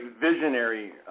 visionary